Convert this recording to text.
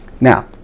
Now